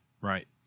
Right